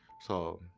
so,